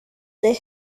they